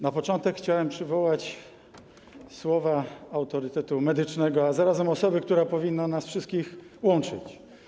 Na początek chciałem przywołać słowa autorytetu medycznego, a zarazem osoby, która powinna nas wszystkich łączyć.